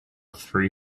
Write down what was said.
three